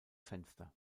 fenster